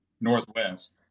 northwest